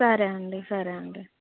సరే అండి సరే అండి